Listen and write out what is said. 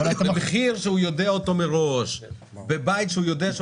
במחיר שהוא יודע אותו מראש בבית שהוא יודע שהוא